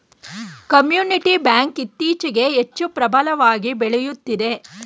community bank ಇತ್ತೀಚೆಗೆ ಹೆಚ್ಚು ಪ್ರಬಲವಾಗಿ ಬೆಳೆಯುತ್ತಿದೆ